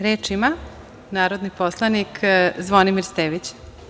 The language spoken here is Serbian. Reč ima narodni poslanik Zvonimir Stević.